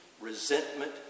resentment